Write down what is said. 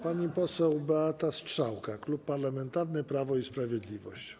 Pani poseł Beata Strzałka, Klub Parlamentarny Prawo i Sprawiedliwość.